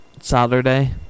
Saturday